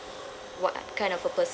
what kind of a person